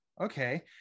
okay